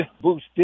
boost